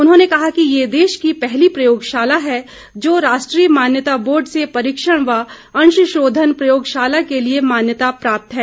उन्होंने कहा कि ये देश की पहली प्रयोगशाला है जो राष्ट्रीय मान्यता बोर्ड से परीक्षण व अंशशोधन प्रयोगशाला के लिए मान्यता प्राप्त है